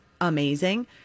amazing